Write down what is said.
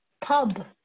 Pub